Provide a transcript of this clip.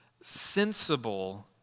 sensible